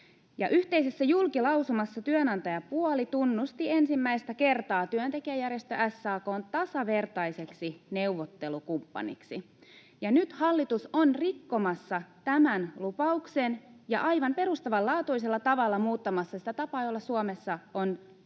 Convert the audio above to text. Yhteisessä julkilausumassa työnantajapuoli tunnusti ensimmäistä kertaa työntekijäjärjestö SAK:n tasavertaiseksi neuvottelukumppaniksi. Nyt hallitus on rikkomassa tämän lupauksen ja aivan perustavanlaatuisella tavalla muuttamassa sitä tapaa, jolla Suomessa on säädetty